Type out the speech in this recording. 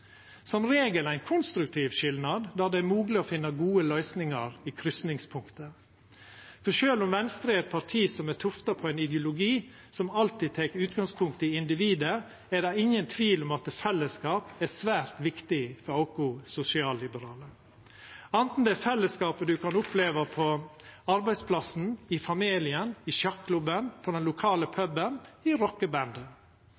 som regel ein konstruktiv skilnad, der det er mogleg å finna gode løysingar i kryssingspunktet. Sjølv om Venstre er eit parti som er tufta på ein ideologi som alltid tek utgangspunkt i individet, er det ingen tvil om at fellesskap er svært viktig for oss sosialliberale, anten det er fellesskap ein kan oppleva på arbeidsplassen, i familien, i sjakklubben, på den lokale